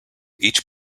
each